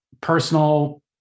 personal